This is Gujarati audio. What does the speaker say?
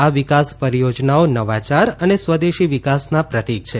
આ વિકાસ પરિયોજનાઓ નવાયાર અને સ્વદેશી વિકાસના પ્રતિક છે